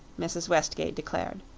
mrs. westgate declared.